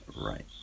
Right